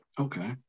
Okay